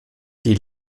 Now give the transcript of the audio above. die